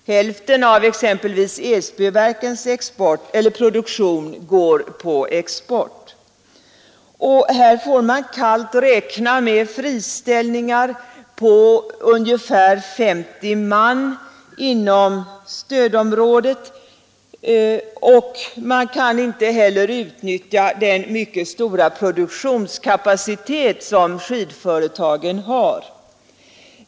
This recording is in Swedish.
Hälften av exempelvis Edsbyverkens produktion går på export. Här får man kallt räkna med friställningar på ungefär 50 man inom stödområdet, och man kan inte heller utnyttja den mycket stora produktionskapacitet som skidföretagen har.